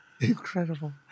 Incredible